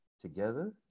together